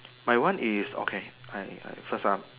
my one is okay I I first one